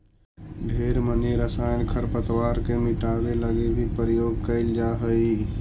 ढेर मनी रसायन खरपतवार के मिटाबे लागी भी प्रयोग कएल जा हई